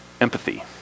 empathy